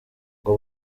ngo